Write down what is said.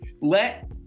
Let